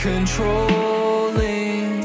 controlling